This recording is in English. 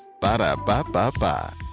Ba-da-ba-ba-ba